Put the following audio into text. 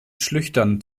schlüchtern